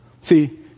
See